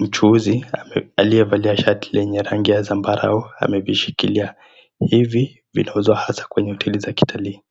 Mchuuzi aliyevalia shati lenye rangi ya zambarau amevishikilia. Hivi vinauzwa hasa kwenye hoteli ya kitalii.